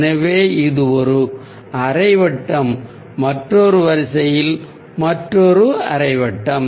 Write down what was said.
எனவே இது ஒரு அரை வட்டம் மற்றொரு வரிசையில் மற்றொரு அரை வட்டம்